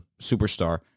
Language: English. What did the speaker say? superstar—